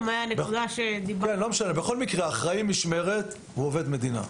נקודה שדיברו -- בכל מקרה אחראי המשמרת הוא עובד מדינה.